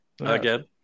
Again